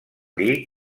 dir